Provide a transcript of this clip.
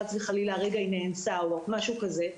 שהרגע היא נאנסה או משהו כזה,